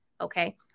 okay